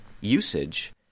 usage